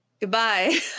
Goodbye